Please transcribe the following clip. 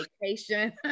vacation